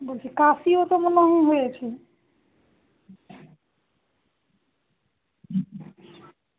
বলছি কাশিও তো মনে হয় হয়েছে